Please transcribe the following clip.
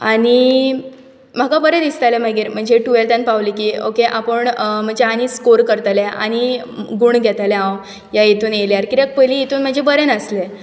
आनी म्हाका बरें दिसतालें मागीर म्हणजे टुवॅल्तान पावलें की ओके आपूण मातशें आनी स्कोर करतलें आनी गूण घेतलें हांव ह्या हातूंत येयल्यार कित्याक पयलीं हातूंत म्हजे बरे नासले